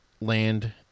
land